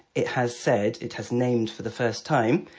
it has said it has named, for the first time,